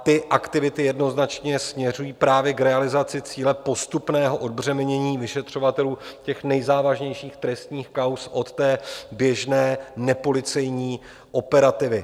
Ty aktivity jednoznačně směřují právě k realizaci cíle postupného odbřemenění vyšetřovatelů nejzávažnějších trestních kauz od běžné nepolicejní operativy.